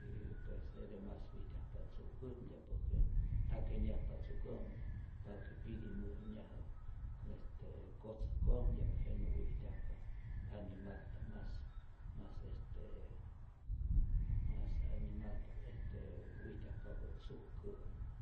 y pues jete mas wijtyajpa tzu'kä'mtya'p por que nta kenyajpa tzu'kämä, papäki pitimä'nyajä este kotzäjkomtya'p, jenä wijtyajpa animalta'p mas mas est mas animalta'p este wijtyajpapä tzu'kä'mä.